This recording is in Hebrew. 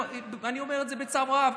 אני אומר את זה בצער רב,